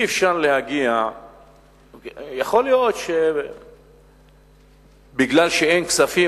יכול להיות שמכיוון שאין כספים,